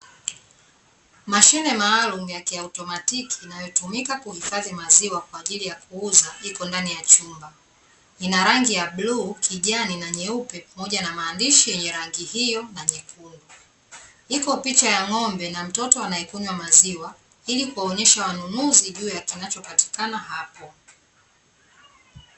Mashine maalum ya kiautomatiki inayotumika kuhifadhi maziwa kwaajili ya kuuza iko ndani ya chumba, ina rangi ya bluu, kijani na nyeupe pamoja na maandishi yenye rangi hiyo na nyekundu. Iko picha ya ng'ombe na mtoto anayekunywa maziwa ili kuwaonyesha wanunuzi juu ya kinachopatikana hapo.